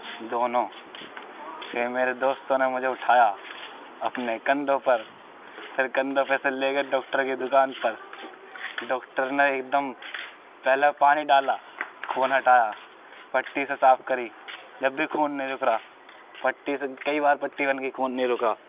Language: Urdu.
دونوں پھر میرے دوستوں نے مجھے اٹھایا اپنے کندھوں پر پھر کندھوں پہ سے لے گئے ڈاکٹر کی دکان تک ڈاکٹر نے ایک دم پہلے پانی ڈالا خون ہٹایا پٹی سے صاف کری جب بھی خون نہیں رک رہا پٹی سے کئی بار پٹی بند کی خون نہیں رکا